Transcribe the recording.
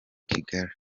kigali